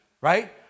right